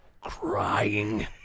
crying